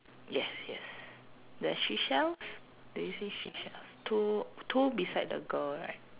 yes yes the seashells do you see seashells two two beside the girl right